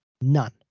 none